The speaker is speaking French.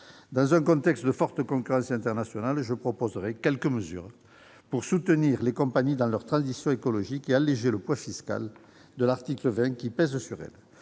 Dans un contexte de forte concurrence internationale, je proposerai quelques mesures visant à soutenir les compagnies dans leur transition écologique et à alléger le poids fiscal du dispositif de l'article 20, qui pèse sur elle.